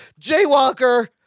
jaywalker